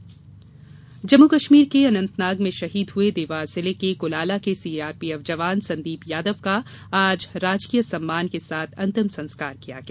शहीद अंत्येष्टि जम्मू कश्मीर के अनंतनाग में शहीद हुए देवास जिले के कुलाला के सीआरपीएफ जवान संदीप यादव का आज राजकीय सम्मान के साथ अंतिम संस्कार किया गया